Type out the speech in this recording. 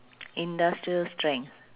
industrial strength